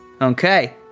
Okay